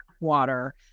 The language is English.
water